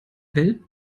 welt